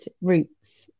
routes